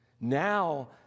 Now